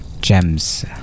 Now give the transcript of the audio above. gems